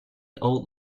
old